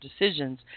decisions